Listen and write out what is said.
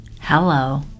hello